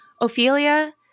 Ophelia